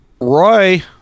Roy